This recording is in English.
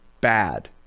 bad